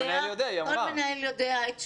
את יודעת שכל מנהל יודע את שלו.